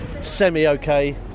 semi-okay